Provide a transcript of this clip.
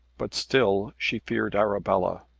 but still she feared arabella.